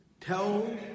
tell